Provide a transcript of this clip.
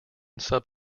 sub